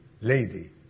lady